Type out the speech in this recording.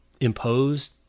imposed